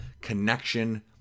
connection